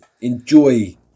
enjoy